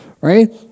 right